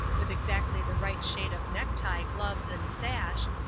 with exactly the right shade of necktie, gloves and sash,